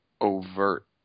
overt